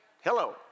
Hello